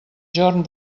jorn